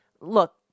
look